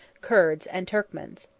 curds, and turkmans.